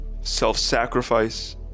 self-sacrifice